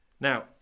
Now